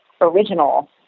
original